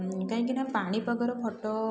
କାହିଁକିନା ପାଣିପାଗର ଫଟୋ